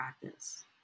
practice